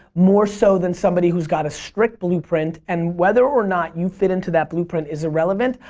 more so than somebody who's got a strict blueprint and whether or not you fit into that blueprint is irrelevant.